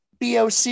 BOC